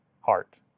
heart